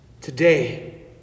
Today